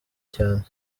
cyane